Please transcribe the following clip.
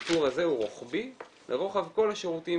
הסיפור הזה הוא רוחבי לרוחב כל השירותים